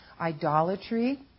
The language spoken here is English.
idolatry